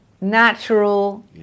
natural